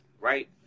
right